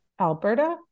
Alberta